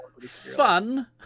Fun